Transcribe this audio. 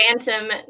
Phantom